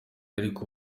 ariko